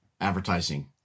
advertising